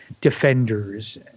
Defenders